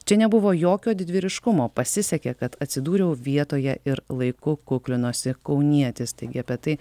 čia nebuvo jokio didvyriškumo pasisekė kad atsidūriau vietoje ir laiku kuklinosi kaunietis taigi apie tai